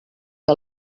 que